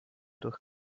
durch